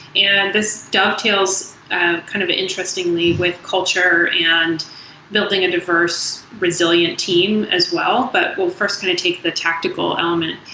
and this dovetails kind of interestingly with culture and building a diverse, resilient team as well, but we'll first kind of take the tactical element,